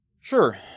Sure